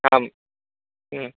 आम्